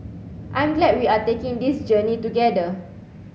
I'm glad we are taking this journey together